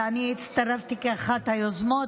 ואני הצטרפתי כאחת היוזמות.